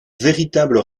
véritable